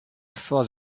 for